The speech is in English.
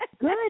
Good